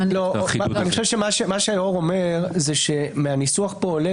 מה שהיו"ר אומר זה שמהניסוח פה עולה